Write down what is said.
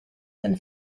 and